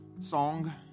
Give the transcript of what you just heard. song